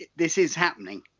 this is happening?